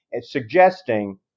suggesting